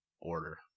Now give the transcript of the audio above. order